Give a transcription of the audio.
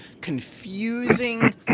confusing